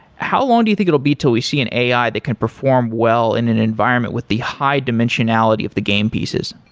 how long do you think it will be till we see in ai that can perform well in an environment with the high dimensionality of the game pieces?